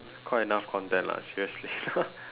quite enough content lah seriously